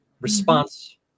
response